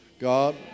God